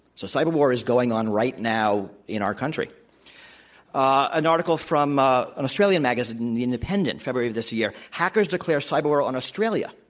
so, cyber war is going on right now in our country ah an article from ah an australian magazine, the independent, february of this year hackers declare cyber war on australia.